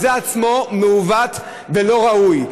זה עצמו מעוות ולא ראוי.